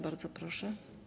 Bardzo proszę.